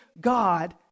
God